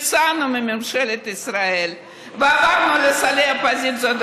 יצאנו מממשלת ישראל ועברנו לספסלי האופוזיציה,